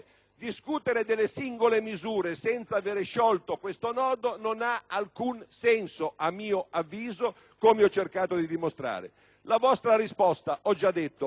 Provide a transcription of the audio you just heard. Discutere delle singole misure senza avere sciolto questo nodo non ha alcun senso, a mio avviso, come ho cercato di dimostrare. Come ho già